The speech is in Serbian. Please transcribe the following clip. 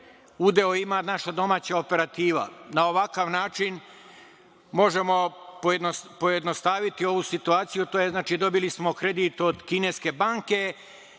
udeo ima naša domaća operativa, a na ovakav način možemo pojednostaviti ovu situaciju, a to znači da smo dobili kredit od kineske banke,